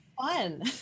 fun